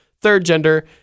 third-gender